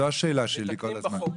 זו השאלה שלי כל הזמן.